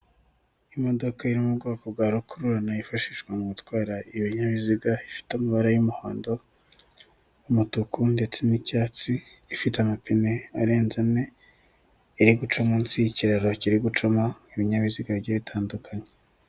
imodoka iri mu bwoko bwa rokururana yifashishwa mu gutwara ibinyabiziga ifite amabara y'umuhondo, umutuku ndetse n'icyatsi ifite amapine arenze ane iri guca munsi y'ikiraro kiri gucamo ibinyabiziga bigiye bitandukanye.